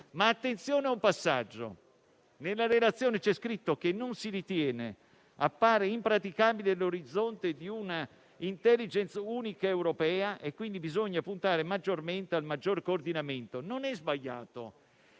Ma attenzione a un passaggio: nella relazione c'è scritto che appare impraticabile l'orizzonte di una *intelligence* unica europea e che quindi bisogna puntare su un maggiore coordinamento. Non è sbagliato.